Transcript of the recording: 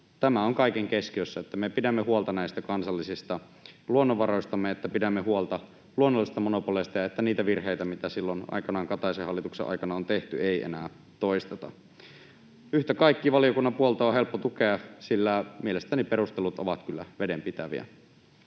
Tämä on kaiken keskiössä, että me pidämme huolta näistä kansallisista luonnonvaroistamme, että pidämme huolta luonnollisista monopoleista ja että niitä virheitä, mitä silloin aikanaan Kataisen hallituksen aikana on tehty, ei enää toisteta. Yhtä kaikki, valiokunnan puoltoa on helppo tukea, sillä mielestäni perustelut ovat kyllä vedenpitäviä.